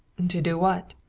to do what?